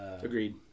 Agreed